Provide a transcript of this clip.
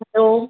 hello